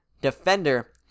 defender